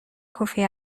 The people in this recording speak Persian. کوفی